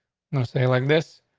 no se like this.